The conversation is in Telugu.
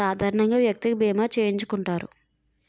సాధారణంగా వ్యక్తికి బీమా చేయించుకుంటారు